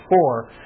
four